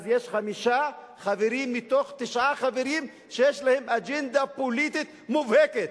אז יש חמישה חברים מתוך תשעה חברים שיש להם אג'נדה פוליטית מובהקת,